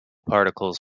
particles